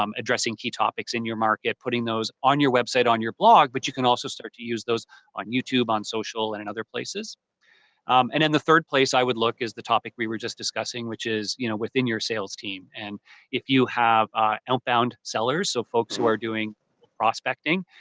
um addressing key topics in your market, putting those on your website, on your blog, but you can also start to use those on youtube, on social, and on other places and then the third place i would look is the topic we were just discussing, which is you know within your sales team and if you have outbound sellers, so folks who are doing prospecting.